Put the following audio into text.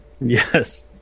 Yes